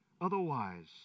Otherwise